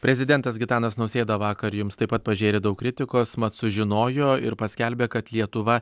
prezidentas gitanas nausėda vakar jums taip pat pažėrė daug kritikos mat sužinojo ir paskelbė kad lietuva